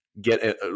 get